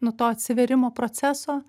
nuo to atsivėrimo proceso